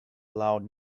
loud